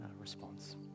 response